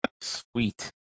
Sweet